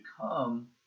come